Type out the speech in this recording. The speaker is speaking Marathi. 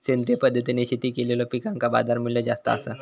सेंद्रिय पद्धतीने शेती केलेलो पिकांका बाजारमूल्य जास्त आसा